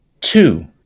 two